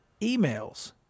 emails